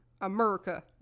America